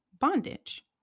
bondage